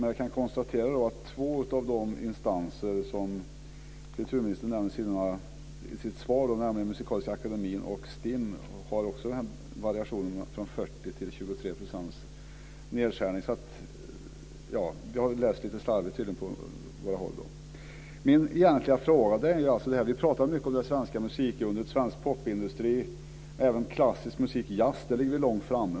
Men jag kan också konstatera att hos två av de instanser som kulturministern nämnde i sitt svar, nämligen Musikaliska akademien och STIM, finns också den här variationen mellan 40 och 23 procents nedskärning. Vi har väl läst lite slarvigt på båda håll. Vi pratar mycket om det svenska musikundret och svensk popindustri. Sverige ligger långt framme även när det gäller klassisk musik och jazz.